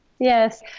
Yes